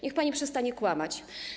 Niech pani przestanie kłamać.